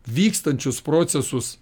vykstančius procesus